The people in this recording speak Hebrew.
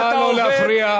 נא לא להפריע.